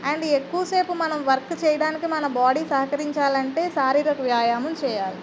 and ఎక్కువసేపు work చేయడానికి మన బాడీ సహకరించాలంటే శారీరక వ్యాయామం చేయాలి